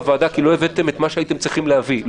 ואני לא פונה לשירות בתי הסוהר לא